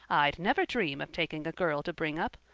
i'd never dream of taking a girl to bring up.